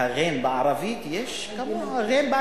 והע' בערבית, יש כמוה בעברית.